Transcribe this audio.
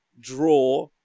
draw